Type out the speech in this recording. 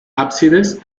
ábsides